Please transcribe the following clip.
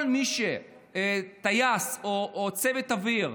כל מי שטייס או צוות אוויר,